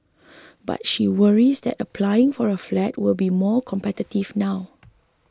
but she worries that applying for a flat will be more competitive now